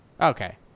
Okay